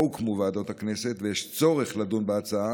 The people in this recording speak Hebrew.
הוקמו ועדות הכנסת ויש צורך לדון בהצעה